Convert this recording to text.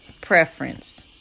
Preference